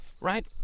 Right